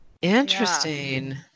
Interesting